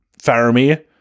Faramir